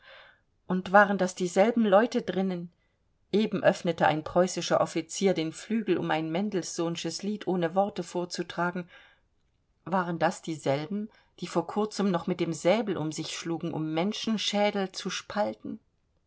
und waren das dieselben leute drinnen eben öffnete ein preußischer offizier den flügel um ein mendelssohnsches lied ohne worte vorzutragen waren das dieselben die vor kurzem noch mit dem säbel um sich schlugen um menschenschädel zu spalten